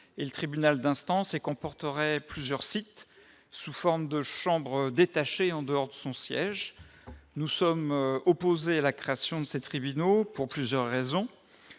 et le tribunal d'instance et comporterait plusieurs sites, sous forme de chambres détachées, en dehors de son siège. Nous sommes opposés à la création de ces tribunaux, pour plusieurs raisons.